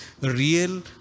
real